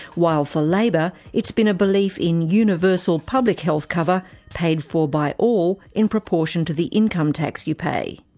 while for labor, it's been a belief in universal public health cover, paid for by all in proportion to the income tax you pay.